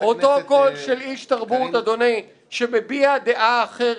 אותו קול של איש תרבות, אדוני, שמביע דעה אחרת.